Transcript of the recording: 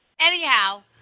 Anyhow